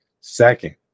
Second